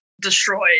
Destroyed